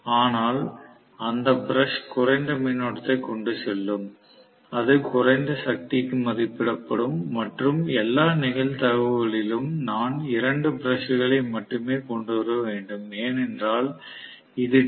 ஆனால் அந்த பிரஷ் குறைந்த மின்னோட்டத்தைக் கொண்டு செல்லும் அது குறைந்த சக்திக்கு மதிப்பிடப்படும் மற்றும் எல்லா நிகழ்தகவுகளிலும் நான் 2 பிரஷ் களை மட்டுமே கொண்டு வர வேண்டும் ஏனென்றால் இது டி